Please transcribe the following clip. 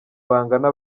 bangana